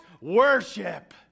worship